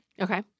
Okay